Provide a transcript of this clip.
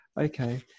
Okay